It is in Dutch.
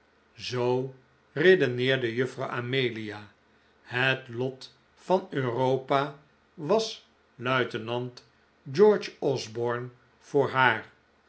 zoo redeneerde juffrouw amelia het lot van europa was luitenant george osborne voor haar